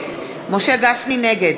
נגד